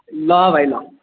ल भाइ ल